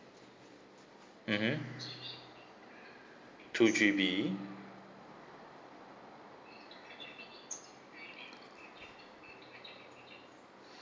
mmhmm two G_B